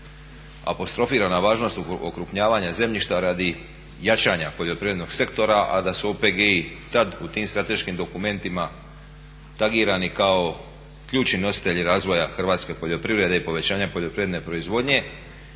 apostrofirana važnost okrupnjavanja zemljišta radi jačanja poljoprivrednog sektora, a da su OPG-i tad u tim strateškim dokumentima tagirani kao ključni nositelji razvoja hrvatske poljoprivrede i povećanja poljoprivredne proizvodnje.